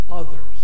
others